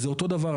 זה אותו דבר.